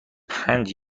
پنج